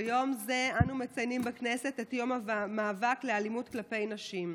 ביום זה אנו מציינים בכנסת את יום המאבק באלימות כלפי נשים.